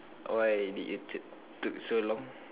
why did you took took so long